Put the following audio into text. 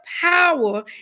power